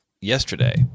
yesterday